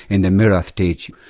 in the mirror stage,